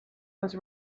was